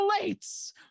relates